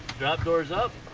drop door's up.